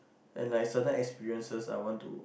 and like certain experiences I want to